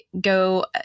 go